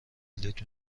بلیط